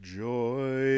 joy